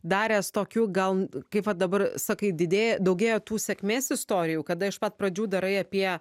daręs tokių gal kaip va dabar sakai didėja daugėja tų sėkmės istorijų kada iš pat pradžių darai apie